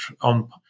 on